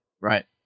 right